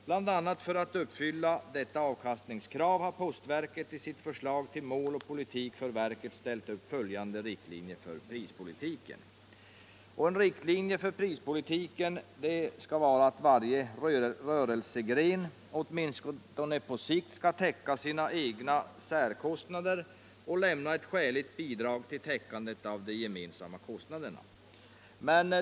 Bland annat för att kunna uppfylla detta avkastningskrav har postverket i sitt förslag till mål och politik för verket ställt upp följande riktlinjer för prispolitiken.” En riktlinje för prispolitiken skall vara att varje rörelsegren åtminstone på sikt täcker sina särkostnader och lämnar ett skäligt bidrag till täckandet av de gemensamma kostnaderna.